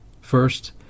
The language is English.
First